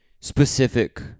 specific